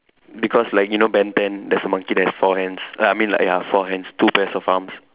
because like you know Ben ten there's a monkey that has four hands uh I mean like ya four hands two pairs of arms